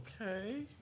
Okay